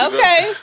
Okay